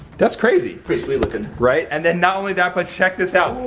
that's crazy. pretty sweet looking. right, and then not only that, but check this out.